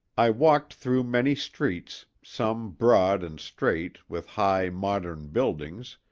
i walked through many streets, some broad and straight with high, modern buildings,